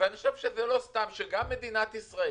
אני חושב שזה לא סתם שגם מדינת ישראל